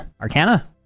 Arcana